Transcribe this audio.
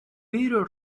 vidrio